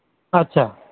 ᱟᱪᱪᱷᱟ